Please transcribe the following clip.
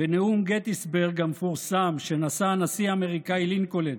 בנאום גטיסברג המפורסם שנשא הנשיא האמריקאי לינקולן